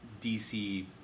DC